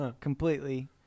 Completely